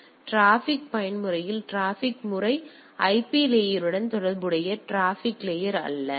எனவே டிராபிக் பயன்முறையில் டிராபிக் முறை ஐபி லேயருடன் தொடர்புடையது டிராபிக் லேயர் அல்ல